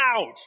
out